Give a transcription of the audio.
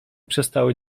przestały